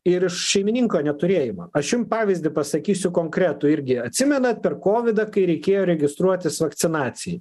ir šeimininko neturėjimą aš jums pavyzdį pasakysiu konkretų irgi atsimenate per kovidą kai reikėjo registruotis vakcinacijai